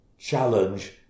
challenge